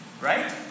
right